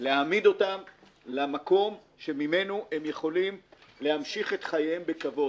להעמיד אותם במקום שממנו הם יכולים להמשיך את חייהם בכבוד.